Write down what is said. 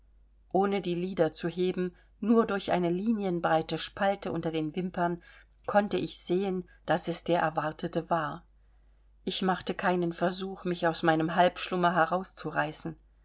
ohne die lider zu heben nur durch eine linienbreite spalte unter den wimpern konnte ich sehen daß es der erwartete war ich machte keinen versuch mich aus meinem halbschlummer herauszureißen